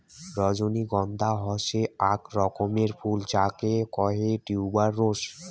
রজনীগন্ধা হসে আক রকমের ফুল যাকে কহে টিউবার রোস